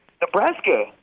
Nebraska